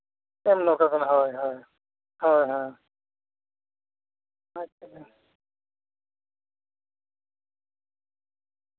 ᱮᱢ ᱫᱚᱨᱠᱟᱨ ᱠᱟᱱᱟ ᱦᱳᱭ ᱦᱳᱭ ᱦᱳᱭ ᱟᱪᱪᱷᱟ ᱟᱪᱪᱷᱟ ᱟᱪᱪᱷᱟ